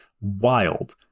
wild